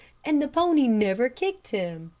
and the pony never kicked him.